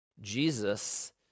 Jesus